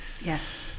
yes